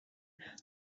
where